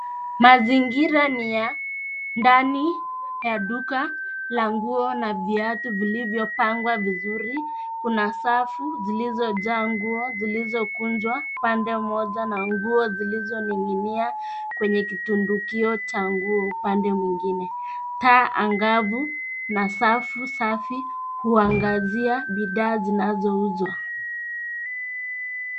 Mazingira ni ya ndani ya duka la nguo na viatu vilivyopangwa vizuri. Kuna safu zilizojaa nguo zilizo kunjwa pande moja na nguo zilizoninginia kwenye kitundukio cha nguo upande mwingine. Taa angavu na safu safi huangazia bidhaa zinazouzwa.